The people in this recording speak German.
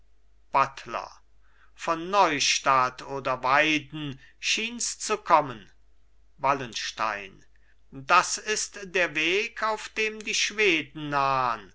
buttler von neustadt oder weiden schiens zu kommen wallenstein das ist der weg auf dem die schweden nahn